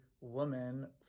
woman